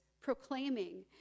proclaiming